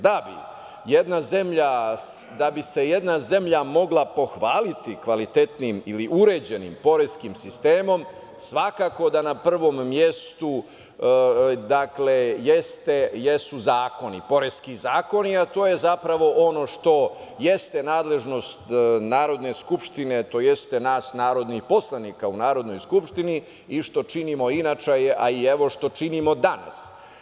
Da bi se jedna zemlja mogla pohvaliti kvalitetnijim ili uređenim poreskim sistemom, svakako da na prvom mestu jesu zakoni, poreski zakoni, a to je zapravo ono što jeste nadležnost Narodne skupštine, tj. nas narodnih poslanika u Narodnoj skupštini i što činimo inače, a evo što činimo danas.